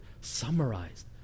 summarized